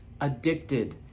addicted